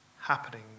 happening